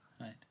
Right